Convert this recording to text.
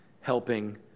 helping